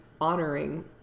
honoring